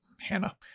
Hannah